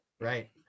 right